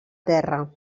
terra